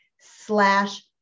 slash